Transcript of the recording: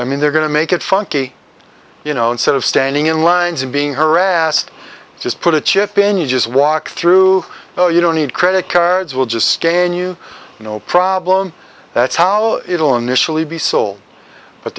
i mean they're going to make it funky you know instead of standing in lines and being harassed just put a chip in you just walk through so you don't need credit cards will just stay on you no problem that's how it will initially be sold but